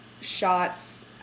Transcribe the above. shots